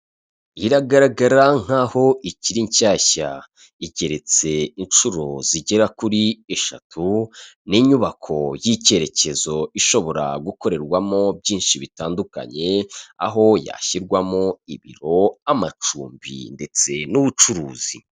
Iragaragara nk'aho ikiri nshyashya, igeretse inshuro zigera kuri eshatu. Ni inyubako y'icyerekezo ishobora gukorerwamo byinshi bitandukanye, aho yashyirwamo ibiro, amacumbi ndetse n'ubucuruzi.